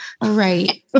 Right